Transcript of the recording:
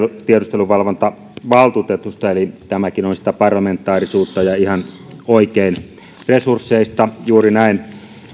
tiedusteluvalvontavaltuutetusta eli tämäkin on sitä parlamentaarisuutta ja tämä on ihan oikein resursseista juuri näin